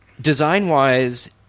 design-wise